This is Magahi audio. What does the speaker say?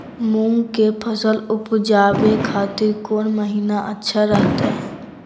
मूंग के फसल उवजावे खातिर कौन महीना अच्छा रहतय?